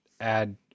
add